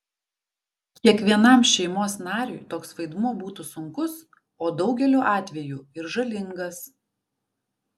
kiekvienam šeimos nariui toks vaidmuo būtų sunkus o daugeliu atvejų ir žalingas